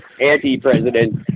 anti-president